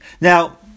Now